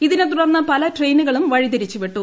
ഇതിനെ തുടർന്ന് പല ട്രെയിനുകളും വഴി തിരിച്ചുവിട്ടു